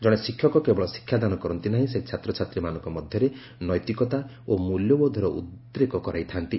ଜଣେ ଶିକ୍ଷକ କେବଳ ଶିକ୍ଷାଦାନ କରନ୍ତି ନାହିଁ ସେ ଛାତ୍ରଛାତ୍ରୀମାନଙ୍କ ମଧ୍ୟରେ ନୈତିକତା ଓ ମୂଲ୍ୟବୋଧର ଉଦ୍ରେକ କରାଇଥାନ୍ତି